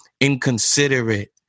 inconsiderate